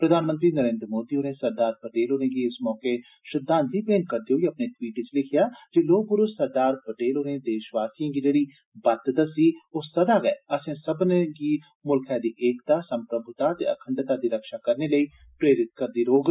प्रधानमंत्री नरेन्द्र मोदी होरें सरदार पटेल होरें गी इस मौके श्रद्वांजलि भेंट करदे होई अपने ट्वीट च लिखेया जे लौह प्रुष सरदार पटेल होरें देशवासियें गी जेड़ी बत्त दस्सी ओ सदा गै असे सब्बनें गी मूल्खै दे एकता सम्प्रभूता ते अखंडता दी रक्षा करने लेई प्रेरत करदी रौहग